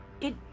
It-